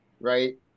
right